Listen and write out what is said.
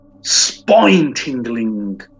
spine-tingling